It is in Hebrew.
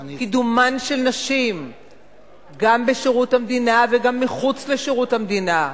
קידומן של נשים גם בשירות המדינה וגם מחוץ לשירות המדינה,